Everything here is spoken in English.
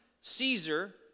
Caesar